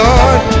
Lord